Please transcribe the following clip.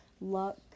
luck